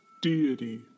deity